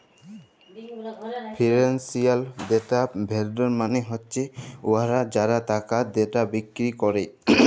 financial data vendor মালে হছে উয়ারা যারা টাকার ডেটা বিক্কিরি ক্যরে